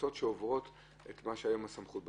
לקנסות שעוברים את הסמכות בחוק.